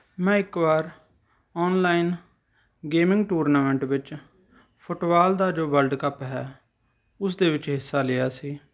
ਮੈਂ ਇੱਕ ਵਾਰ ਔਨਲਾਈਨ ਗੇਮਿੰਗ ਟੂਰਨਾਮੈਂਟ ਵਿੱਚ ਫੁੱਟਬਾਲ ਦਾ ਜੋ ਵਰਲਡ ਕੱਪ ਹੈ ਉਸਦੇ ਵਿੱਚ ਹਿੱਸਾ ਲਿਆ ਸੀ